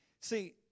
See